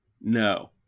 No